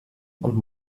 und